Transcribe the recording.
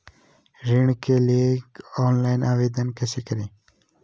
ऋण के लिए ऑनलाइन आवेदन कैसे करें?